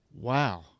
Wow